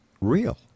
real